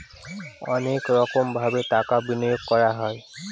অনেক রকমভাবে টাকা বিনিয়োগ করা হয়